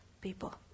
people